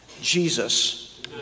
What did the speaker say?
Jesus